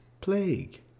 plague